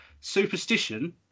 Superstition